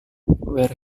where